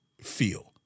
feel